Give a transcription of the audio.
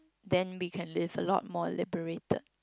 then we can live a lot more liberated